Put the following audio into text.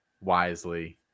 wisely